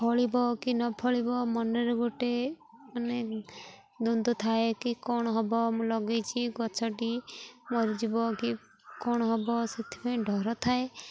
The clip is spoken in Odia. ଫଳିବ କି ନ ଫଳିବ ମନରେ ଗୋଟେ ମାନେ ଦ୍ୱନ୍ଦ ଥାଏ କି କଣ ହବ ମୁଁ ଲଗେଇଚି ଗଛଟି ମରିଯିବ କି କଣ ହବ ସେଥିପାଇଁ ଡର ଥାଏ